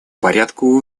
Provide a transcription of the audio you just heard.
порядку